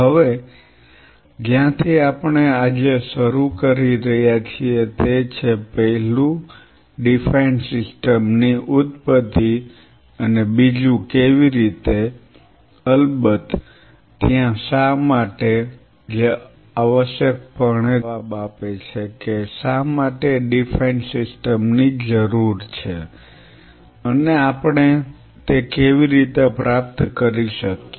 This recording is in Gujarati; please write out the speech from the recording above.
હવે આપણે જ્યાં થી આજે શરૂ કરી રહ્યા છીએ તે પહેલું ડીફાઈન્ડ સિસ્ટમ ની ઉત્પત્તિ છે અને બીજું કેવી રીતે અલબત્ત ત્યાં શા માટે જે આવશ્યકપણે જવાબ આપે છે કે શા માટે ડીફાઈન્ડ સિસ્ટમ ની જરૂર છે અને આપણે તે કેવી રીતે પ્રાપ્ત કરી શકીએ